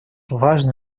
важно